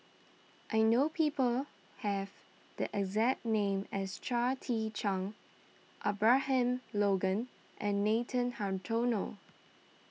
I know people have the exact name as Chia Tee Chiak Abraham Logan and Nathan Hartono